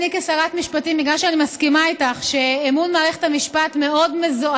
האמון מאוד מושפע